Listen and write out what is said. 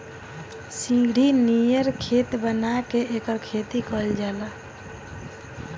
सीढ़ी नियर खेत बना के एकर खेती कइल जाला